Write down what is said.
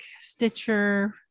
Stitcher